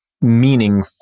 meaning